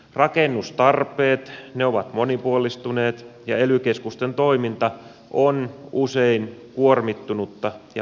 rakennustarpeet ovat monipuolistuneet ja ely keskusten toiminta on usein kuormittunutta ja päätöksenteko hidasta